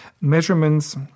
measurements